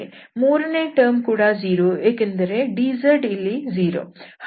ಮೂರನೆಯ ಟರ್ಮ್ ಕೂಡ 0 ಏಕೆಂದರೆ dz ಇಲ್ಲಿ 0